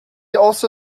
also